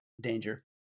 danger